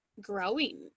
growing